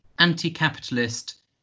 anti-capitalist